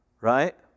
Right